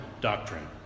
doctrine